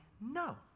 no